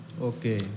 Okay